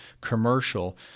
commercial